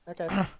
Okay